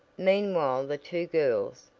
meanwhile the two girls,